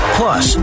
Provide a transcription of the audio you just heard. plus